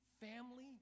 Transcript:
family